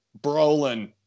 Brolin